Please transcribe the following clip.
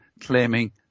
claiming